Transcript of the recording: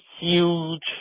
huge